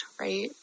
right